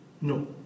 No